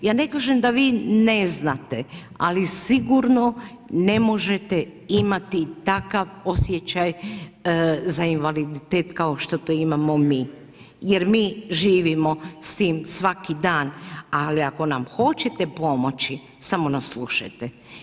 Ja ne kažem da vi ne znate, ali sigurno ne možete imati takav osjećaj za invaliditet kao što to imamo mi jer mi živimo s tim svaki dan ali ako nam hoćete pomoći, samo nas slušajte.